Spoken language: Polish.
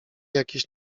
jakiś